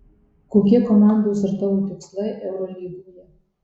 kokie komandos ir tavo tikslai eurolygoje